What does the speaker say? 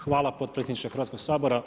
Hvala potpredsjedniče Hrvatskog sabora.